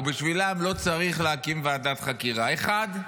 או בשבילם לא צריך להקים ועדת חקירה: האחד,